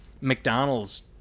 McDonald's